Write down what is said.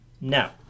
Now